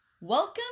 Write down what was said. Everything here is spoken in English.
welcome